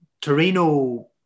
Torino